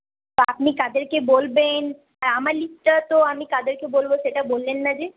আপনি কাদেরকে বলবেন আর আমার লিস্টটা তো আমি কাদেরকে বলব সেটা বললেন না যে